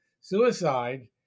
suicide